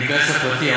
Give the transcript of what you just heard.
אני אכנס לפרטים.